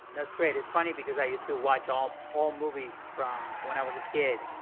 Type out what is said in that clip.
that's great. it's funny because i used to watch all, all movies from when i was a kid,